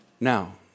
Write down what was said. Now